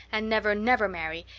and never, never marry,